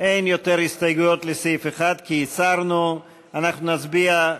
קבוצת סיעת המחנה הציוני,